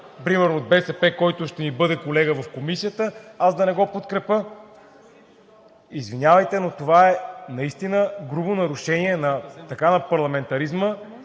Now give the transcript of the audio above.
България“, който ще ми бъде колега в комисията, да не го подкрепя. Извинявайте, но това наистина е грубо нарушение на парламентаризма